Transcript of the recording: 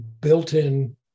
built-in